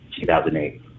2008